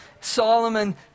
Solomon